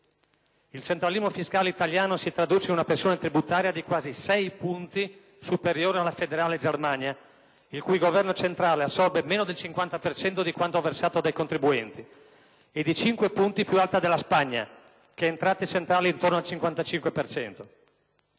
Il centralismo fiscale italiano si traduce in una pressione tributaria di quasi 6 punti superiore alla federale Germania, il cui Governo centrale assorbe meno del 50 per cento di quanto versato dai contribuenti, e di 5 punti più alta della Spagna, che ha entrate centrali intorno al 55